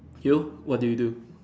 you what did you do